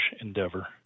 endeavor